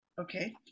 Okay